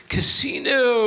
Casino